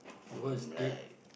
mm like